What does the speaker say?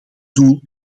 doel